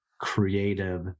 creative